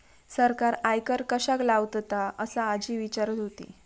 सरकार आयकर कश्याक लावतता? असा आजी विचारत होती